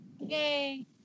Yay